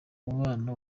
umubano